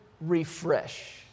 refresh